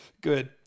Good